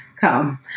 come